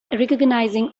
recognizing